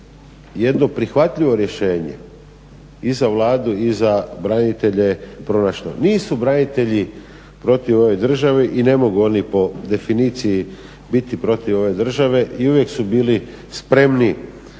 jedno prihvatljivo rješenje i za Vladu i za branitelje pronašlo. Nisu branitelji protiv ove države i ne mogu oni po definiciji biti protiv ove države i uvijek su bili spremni